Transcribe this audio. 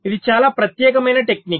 ఇది చాలా ప్రత్యేకమైన టెక్నిక్